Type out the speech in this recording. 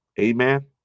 amen